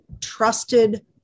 trusted